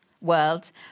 world